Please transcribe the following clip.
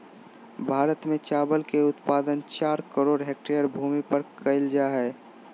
भारत में चावल के उत्पादन चार करोड़ हेक्टेयर भूमि पर कइल जा हइ